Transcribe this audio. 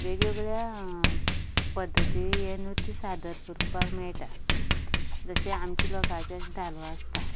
वेगवेगळ्या पद्दतीन हे नृत्य सादर करपाक मेळटात जशे आमचे लोकाचें धालो आसता